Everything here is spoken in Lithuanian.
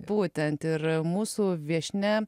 būtent ir mūsų viešnia